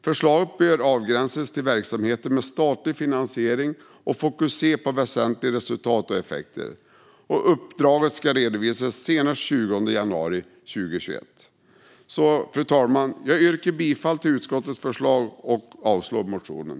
Förslaget bör avgränsas till verksamheter med statlig finansiering och fokusera på väsentliga resultat och effekter. Uppdraget ska redovisas senast den 20 januari 2021. Fru talman! Jag yrkar bifall till utskottets förslag och avslag på motionen.